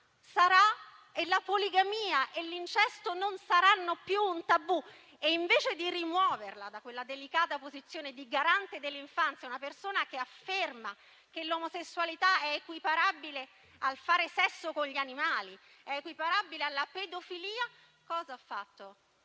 età e la poligamia e l'incesto non saranno più un tabù? E invece di rimuovere da quella delicata posizione la Garante per l'infanzia e l'adolescenza, una persona cioè che afferma che l'omosessualità è equiparabile al fare sesso con gli animali ed è equiparabile alla pedofilia, cosa fanno